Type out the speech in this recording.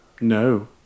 No